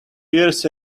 years